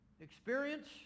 experience